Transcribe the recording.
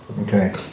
okay